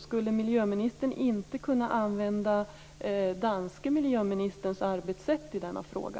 Skulle miljöministern inte kunna använda danske miljöministerns arbetssätt i denna fråga?